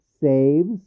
saves